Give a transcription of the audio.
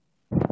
לב.